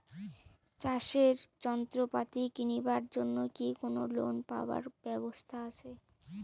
চাষের যন্ত্রপাতি কিনিবার জন্য কি কোনো লোন পাবার ব্যবস্থা আসে?